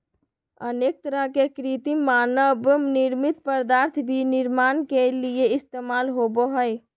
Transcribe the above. अनेक तरह के कृत्रिम मानव निर्मित पदार्थ भी निर्माण के लिये इस्तेमाल होबो हइ